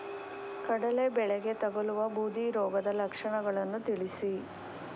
ಕಡಲೆ ಬೆಳೆಗೆ ತಗಲುವ ಬೂದಿ ರೋಗದ ಲಕ್ಷಣಗಳನ್ನು ತಿಳಿಸಿ?